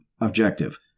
objective